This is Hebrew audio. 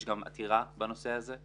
יש גם עתירה בנושא הזה.